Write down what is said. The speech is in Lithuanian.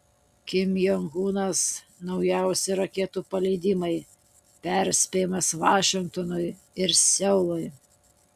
kim jong unas naujausi raketų paleidimai perspėjimas vašingtonui ir seului